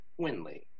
Winley